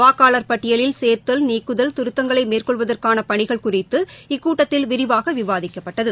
வாக்காளர் பட்டியலில் சேர்த்தல் நீக்குதல் திருத்தங்களைமேற்கொள்வதற்கானபணிகள் குறித்து இக்கூட்டத்தில் விரிவாகவிவாதிக்கப்பட்டது